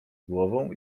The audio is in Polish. głową